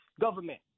government